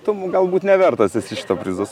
tu galbūt nevertas šito prizo